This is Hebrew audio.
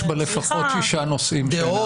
דעות ואמונות.